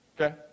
Okay